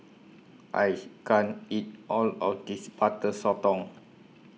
I can't eat All of This Butter Sotong